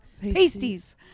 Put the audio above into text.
Pasties